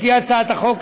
לפי הצעת החוק,